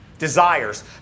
Desires